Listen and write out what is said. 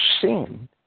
sin